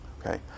Okay